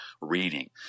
reading